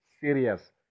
serious